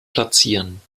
platzieren